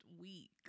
week